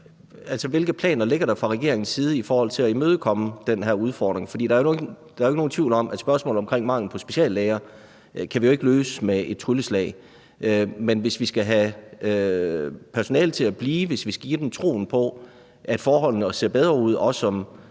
hvilke planer der ligger fra regeringens side i forhold til at imødegå den her udfordring. For der er ikke nogen tvivl om, at vi ikke kan løse spørgsmålet omkring mangel på speciallæger med et trylleslag, men hvis vi skal have personalet til at blive – hvis vi skal give dem troen på, at forholdene ser bedre ud, ikke